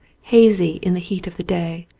hazy in the heat of the day,